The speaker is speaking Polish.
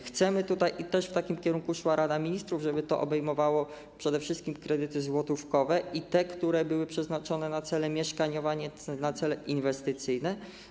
Chcemy - w takim kierunku szła też Rada Ministrów - żeby obejmowało to przede wszystkim kredyty złotówkowe i te, które były przeznaczone na cele mieszkaniowe, a nie na cele inwestycyjne.